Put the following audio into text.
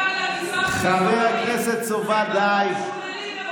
חבר הכנסת סובה, די.